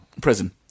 Prison